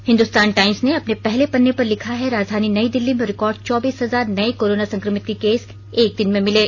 Hindustan Times ने अपने पहले पन्ने पर लिखा है राजधानी नई दिल्ली में रिकार्ड चौबीस हजार नए कोरोना संक्रमित के केस एक दिन में मिले